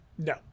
No